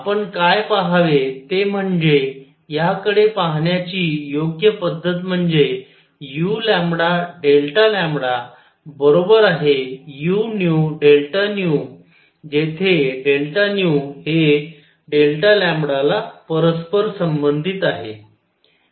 आपण काय पहावे ते म्हणजे ह्या कडे पाहण्याची योग्य पद्धत म्हणजे uu जेथे हे ला परस्पर संबधीत आहे